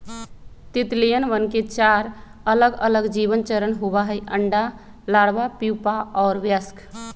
तितलियवन के चार अलगअलग जीवन चरण होबा हई अंडा, लार्वा, प्यूपा और वयस्क